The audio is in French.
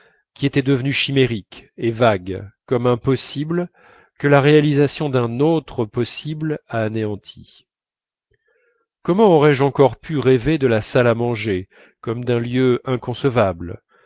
qui était devenu chimérique et vague comme un possible que la réalisation d'un autre possible a anéanti comment aurais-je encore pu rêver de la salle à manger comme d'un lieu inconcevable